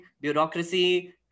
bureaucracy